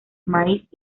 maíz